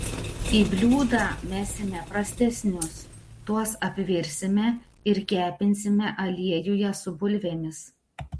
į bliūdą mesime prastesnius tuos apvirsime ir kepinsime aliejuje su bulvėmis